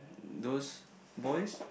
those boys